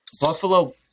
Buffalo